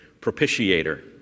propitiator